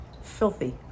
Filthy